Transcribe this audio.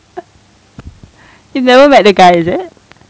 you never met the guy is it